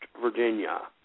Virginia